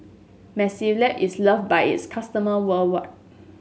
mepilex is loved by its customer worldwide